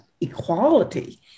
equality